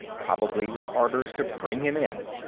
probably with orders to bring him in.